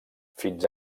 fins